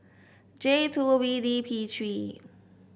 J two B D P three